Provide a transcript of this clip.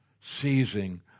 seizing